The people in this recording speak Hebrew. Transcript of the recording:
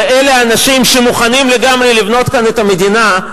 ואלה האנשים שמוכנים לגמרי לבנות כאן את המדינה,